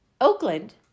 Oakland